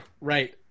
Right